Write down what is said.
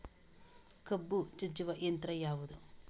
ಕಬ್ಬು ಜಜ್ಜುವ ಯಂತ್ರ ಯಾವುದು?